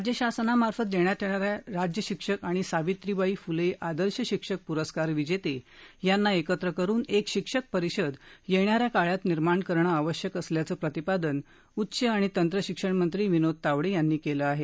राज्य शासनामार्फत देण्यात येणाऱ्या राज्य शिक्षक आणि सावित्रीबाई फुले आदर्श शिक्षक पुरस्कार विजेते यांना एकत्र करून एक शिक्षक परिषद येणाऱ्या काळात निर्माण करणं आवश्यक असल्याचं प्रतिपादन उच्च आणि तंत्र शिक्षण मंत्री विनोद तावडे यांनी केलं आहे